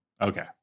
Okay